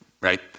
right